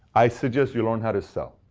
i suggest you learn how to sell.